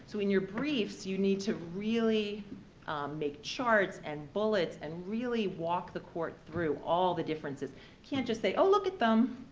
so in your briefs, you need to really make charts and bullets and really walk the court through all the differences. you can't just say, oh look at them.